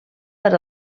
per